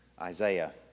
Isaiah